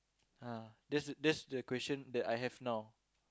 uh that's that's the question that I have now